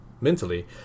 mentally